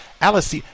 Alice